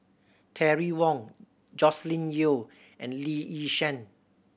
Terry Wong Joscelin Yeo and Lee Yi Shyan